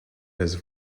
his